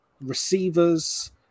receivers